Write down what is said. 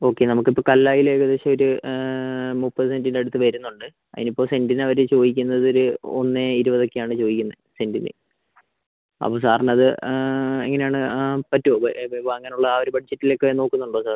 okay നമുക്കിപ്പോൾ കല്ലായിൽ ഏകദേശം ഒരു മുപ്പത് സെൻ്റിന്റെ അടുത്തു വരുന്നുണ്ട് അതിന് ഇപ്പോൾ സെന്റിന് അവർ ചോദിക്കുന്നത് ഒരു ഒന്ന് ഇരുപത് ഒക്കെയാണ് ചോദിക്കുന്നത് സെന്റിന് അപ്പോൾ സാറിന് അത് എങ്ങനെ ആണ് പറ്റുമോ വാങ്ങാനുള്ള ആ ഒരു ബഡ്ജറ്റിൽ ഒക്കെ നോക്കുന്നുണ്ടോ സാർ